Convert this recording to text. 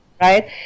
right